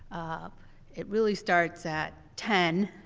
um it really starts at ten